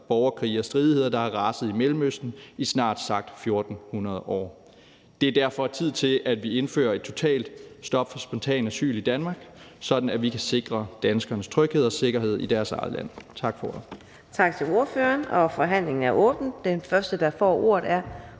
borgerkrige og stridigheder, der har raset i Mellemøsten i snart sagt 1400 år. Det er derfor tid til, at vi indfører et totalt stop for spontant asyl i Danmark, sådan at vi kan sikre danskernes tryghed og sikkerhed i deres eget land. Tak for ordet.